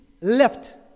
left